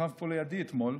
שכב פה לידי אתמול.